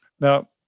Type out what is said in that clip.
Now